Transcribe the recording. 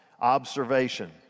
observation